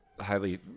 highly